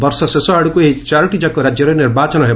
ବର୍ଷ ଶେଷଆଡ଼କୁ ଏହି ଚାରୋଟିଯାକ ରାଜ୍ୟରେ ନିର୍ବାଚନ ହେବ